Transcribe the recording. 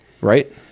right